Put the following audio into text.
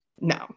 No